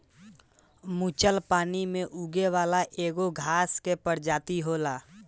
मुलच पानी में उगे वाला एगो घास के प्रजाति होला